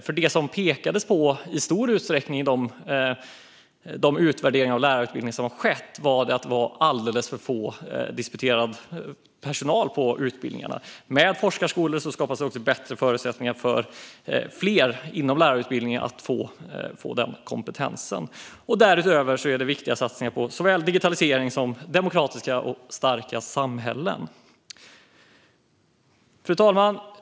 Det som man pekade på i stor utsträckning i de utvärderingar av lärarutbildningen som skett var att alldeles för få i personalen på utbildningarna var disputerade. Med forskarskolor skapas bättre förutsättningar för fler inom lärarutbildningen att få den kompetensen. Därutöver finns det viktiga satsningar på såväl digitalisering som demokratiska och starka samhällen. Fru talman!